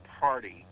Party